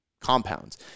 compounds